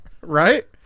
Right